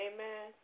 Amen